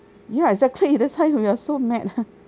ya exactly that's why we are so mad ah